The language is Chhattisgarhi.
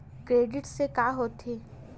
क्रेडिट से का होथे?